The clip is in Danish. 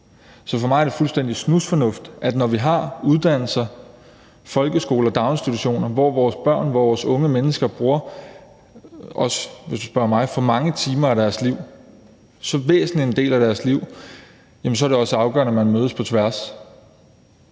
Så for mig er det fuldstændig snusfornuft, når vi har uddannelser, folkeskoler og daginstitutioner, hvor vores børn og vores unge mennesker – hvis du spørger mig – også bruger for mange timer af deres liv i så væsentlig en del af deres liv, at man også mødes på tværs.